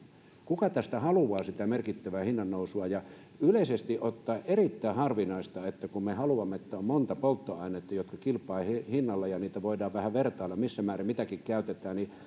kuka tässä haluaa sitä merkittävää hinnannousua yleisesti ottaen on erittäin harvinaista kun me haluamme että on monta polttoainetta jotka kilpailevat hinnalla ja joita voidaan vähän vertailla missä määrin mitäkin käytetään